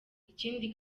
ikindi